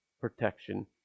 protection